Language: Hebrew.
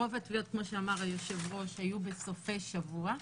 רוב הטביעות, כמו שאמר היושב-ראש, היו בסופי שבוע.